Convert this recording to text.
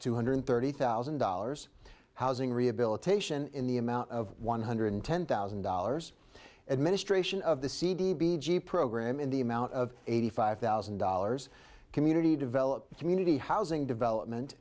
two hundred thirty thousand dollars housing rehabilitation in the amount of one hundred ten thousand dollars administration of the c d b g program in the amount of eighty five thousand dollars community developer community housing development